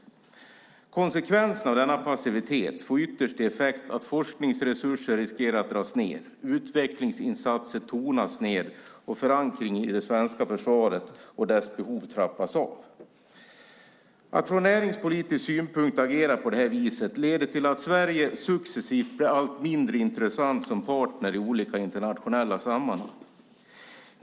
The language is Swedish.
Konsekvenserna av denna passivitet får ytterst till effekt att forskningsresurser riskerar att dras ned, utvecklingsinsatser tonas ned och förankring i det svenska försvaret och dess behov trappas av. Att från näringspolitisk synpunkt agera på detta vis leder till att Sverige successivt blir allt mindre intressant som partner i olika internationella sammanhang.